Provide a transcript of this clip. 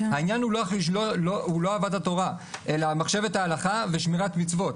העניין הוא לא אהבת התורה אלא מחשבת ההלכה ושמירת מצוות.